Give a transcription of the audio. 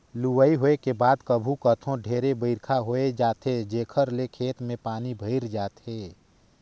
लुवई होए के बाद कभू कथों ढेरे बइरखा होए जाथे जेखर ले खेत में पानी भइर जाथे